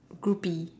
groupie